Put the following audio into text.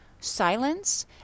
silence